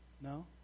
No